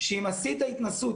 שאם עשית התנסות,